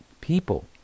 people